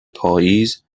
پاییز